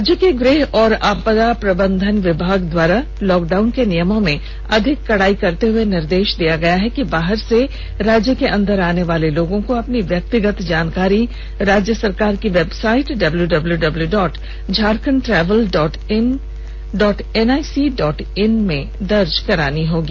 राज्य के गृह और आपदा प्रबंधन विभाग द्वारा लॉकडाउन के नियमों में अधिक कड़ाई करते हुए निर्देष दिया गया है कि बाहर से राज्य के अंदर आने वाले लोगों को अपनी व्यक्तिगत जानकारी राज्य सरकार के website W W W W dot Jharkhand travel dot N I C dot in में दर्ज करानी होगी